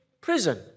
prison